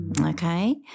okay